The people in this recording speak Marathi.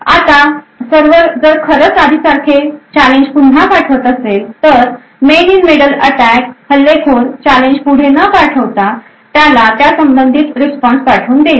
आता सर्व्हर जर खरंच आधी सारखेच चॅलेंज पुन्हा पाठवत असेल तर मेन इंन मिडल अटॅक हल्लेखोर चॅलेंज पुढे न पाठवता त्याला त्या संबंधित रिस्पॉन्स पाठवून देईन